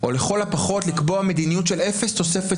או לכל הפחות לקבוע מדיניות של אפס תוספת